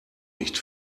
nicht